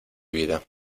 vida